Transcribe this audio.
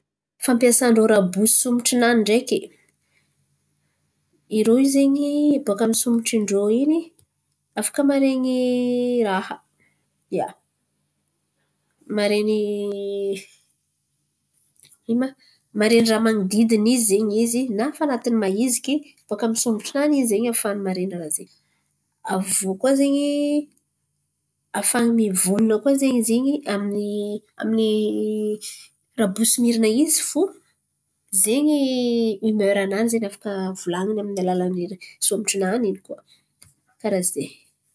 Fampiasan-drô rabosy sombotro-nany ndraiky irô io zen̈y baka amin’ny sombotron-drô in̈y afaka maharen̈y raha. Ia, mahareny ino ma raha manodidiny izy zen̈y izy na fa an̈atiny mahiziky baka amin’ny sombotro-nany in̈y ze ahafany maren̈y raha ze. Avio ahafany mivolan̈a amin’ny amin’ny rabosy mirana izy fo zen̈y himera-nany afaka volan̈iny amin’ny alalan’ny sombotro-nany in̈y koa karà ze.